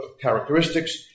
characteristics